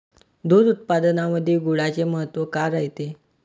दूध उत्पादनामंदी गुळाचे महत्व काय रायते?